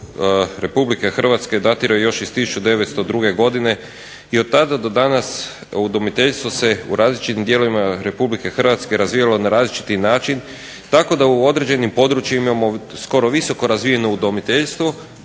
RH datira još iz 1902. godine i otada do danas u udomiteljstvu se u različitim dijelovima Republike Hrvatske razvijalo na različiti način tako da u određenim područjima imamo skoro visoko razvijeno udomiteljstvo